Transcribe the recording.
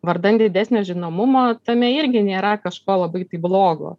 vardan didesnio žinomumo tame irgi nėra kažko labai tai blogo